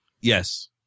Yes